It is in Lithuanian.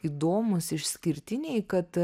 įdomūs išskirtiniai kad